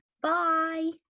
Bye